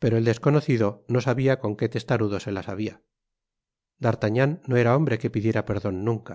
pero el desconocido no sabia con qué testarudo se las habia d'artagnan no era hombre que pidiera perdon nunca